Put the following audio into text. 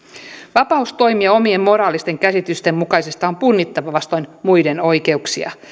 vapautta toimia omien moraalisten käsitysten mukaisesti on punnittava vastoin muiden oikeuksia